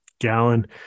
gallon